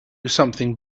something